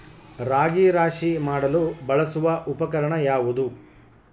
ರಾಗಿ ರಾಶಿ ಮಾಡಲು ಬಳಸುವ ಉಪಕರಣ ಯಾವುದು?